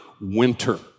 winter